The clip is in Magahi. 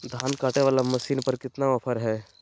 धान कटे बाला मसीन पर कतना ऑफर हाय?